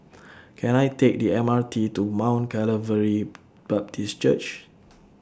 Can I Take The M R T to Mount Calvary Baptist Church